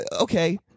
okay